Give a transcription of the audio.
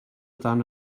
dan